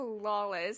flawless